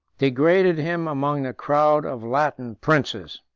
degraded him among the crowd of latin princes.